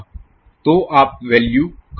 तो आप वैल्यू कहां डालेंगे